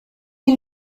est